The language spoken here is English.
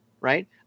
right